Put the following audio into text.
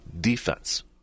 defense